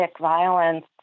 violence